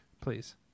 please